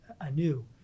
anew